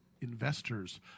investors